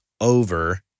over